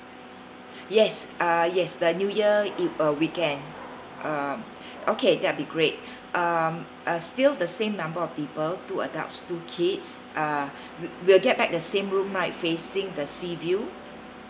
yes uh yes the new year e~ uh weekend um okay that would be great um uh still the same number of people two adults two kids uh wil~ will get back the same room right facing the sea view